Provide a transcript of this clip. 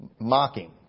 mocking